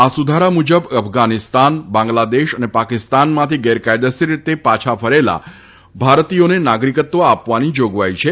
આ સુધારા મુજબ અફઘાનીસ્તાન બાંગ્લાદેશ અને પાકિસ્તાનમાંથી ગેરકાયદેસર રીતે પાછા ફરેલા ભારતીયોને નાગરીકત્વ આપવાની જોગવાઇ છે